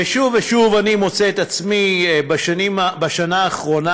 ושוב ושוב אני מוצא את עצמי בשנה האחרונה,